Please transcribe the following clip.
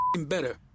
better